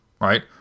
right